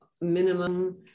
minimum